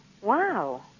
Wow